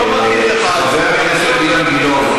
חבר הכנסת אילן גילאון,